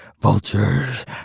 Vultures